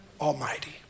Almighty